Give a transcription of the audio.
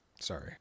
Sorry